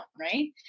Right